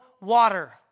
water